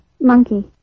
Monkey